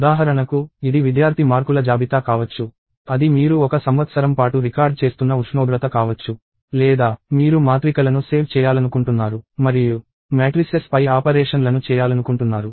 ఉదాహరణకు ఇది విద్యార్థి మార్కుల జాబితా కావచ్చు అది మీరు ఒక సంవత్సరం పాటు రికార్డ్ చేస్తున్న ఉష్ణోగ్రత కావచ్చు లేదా మీరు మాత్రికలను సేవ్ చేయాలనుకుంటున్నారు మరియు మ్యాట్రిసెస్ పై ఆపరేషన్ లను చేయాలనుకుంటున్నారు